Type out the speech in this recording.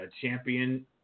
champion